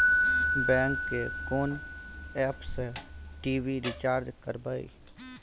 Bank के कोन app से टी.वी रिचार्ज करबे?